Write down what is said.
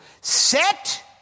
set